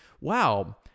wow